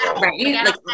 right